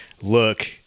look